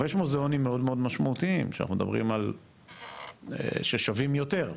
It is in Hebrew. אבל יש מוזיאונים מאוד מאוד משמעותיים ששווים יותר,